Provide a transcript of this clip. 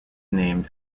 named